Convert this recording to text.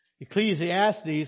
Ecclesiastes